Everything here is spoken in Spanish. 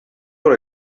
por